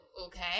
Okay